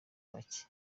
bacye